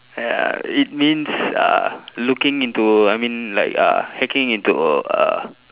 ya it means uh looking into I mean like uh hacking into uh